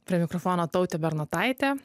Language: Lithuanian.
prie mikrofono tautė bernotaitė